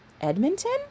edmonton